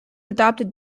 adopted